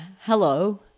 hello